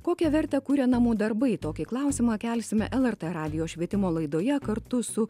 kokią vertę kuria namų darbai tokį klausimą kelsime lrt radijo švietimo laidoje kartu su